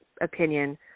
opinion